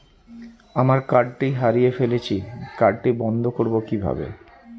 আমার কার্ডটি হারিয়ে ফেলেছি কার্ডটি বন্ধ করব কিভাবে?